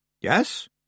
Yes